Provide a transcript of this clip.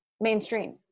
mainstream